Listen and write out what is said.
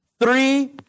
three